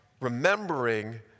remembering